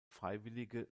freiwillige